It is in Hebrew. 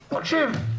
מקשיב.